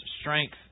strength